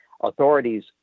authorities